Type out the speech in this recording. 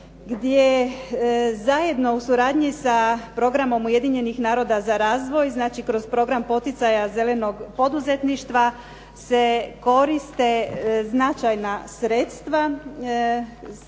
gdje zajedno u suradnji sa programom Ujedinjenih naroda za razvoj znači kroz program poticaja zelenog poduzetništva se koriste značajna sredstva